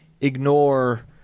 ignore